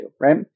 right